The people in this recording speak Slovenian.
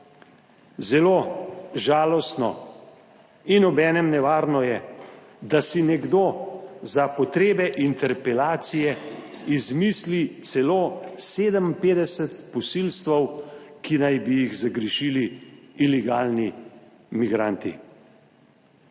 Zelo žalostno in obenem nevarno je, da si nekdo za potrebe interpelacije izmisli celo 57 posilstev, ki naj bi jih zagrešili ilegalni migranti.